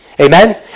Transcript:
Amen